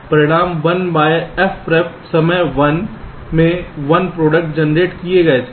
तो परिणाम one by f ref समय 1 में 1 प्रोडक्ट जनरेट किए गए थे